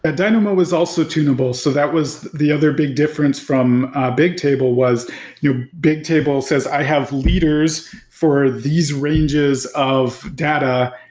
ah dynamo was also tunable. so that was the other big difference from bigtable, was bigtable bigtable says, i have leaders for these ranges of data,